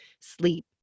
sleep